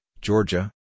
Georgia